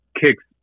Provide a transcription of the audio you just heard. kicks